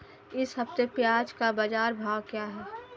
इस हफ्ते प्याज़ का बाज़ार भाव क्या है?